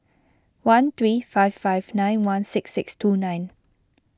one three five five nine one six six two nine